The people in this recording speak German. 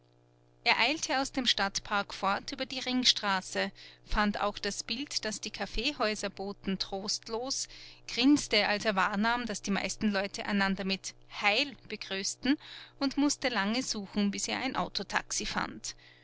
er eilte aus dem stadtpark fort über die ringstraße fand auch das bild das die kaffeehäuser boten trostlos grinste als er wahrnahm daß die meisten leute einander mit heil begrüßten und mußte lange suchen bis er ein autotaxi fand